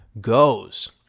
goes